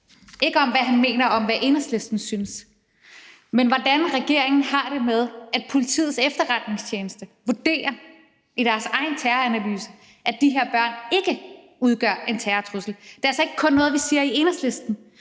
ikke om, hvad han mener om, hvad Enhedslisten synes, men om, hvordan regeringen har det med, at Politiets Efterretningstjeneste i deres egen terroranalyse vurderer, at de her børn ikke udgør en terrortrussel. Det er altså ikke kun noget, vi siger i Enhedslisten;